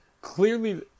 clearly